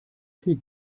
viel